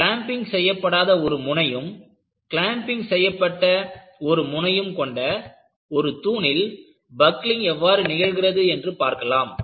clamping செய்யப்படாத ஒரு முனையும் கிளாம்பிங் செய்யப்பட்ட ஒரு முனையும் கொண்ட ஒரு தூணில் பக்லிங் எவ்வாறு நிகழ்கிறது என்று பார்க்கலாம்